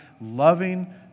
loving